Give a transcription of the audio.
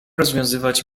rozwiązywać